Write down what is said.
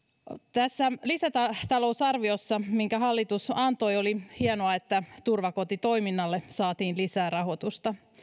tässä lisätalousarviossa minkä hallitus antoi oli hienoa että turvakotitoiminnalle saatiin lisää rahoitusta